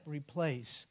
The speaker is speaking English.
replace